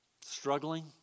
Struggling